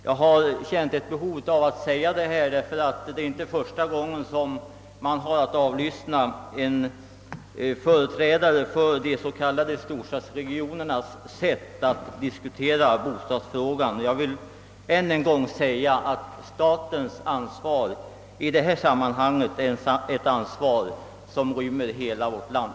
Jag har känt ett behov av att göra detta uttalande, eftersom det inte är första gången som man har att avlyssna en förträdare för de s.k. storstadsregionernas inställning i bostadsfrågan. Än en gång vill jag framhålla att statens ansvar i detta sammanhang skall gälla hela vårt land.